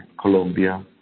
Colombia